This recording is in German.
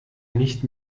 nicht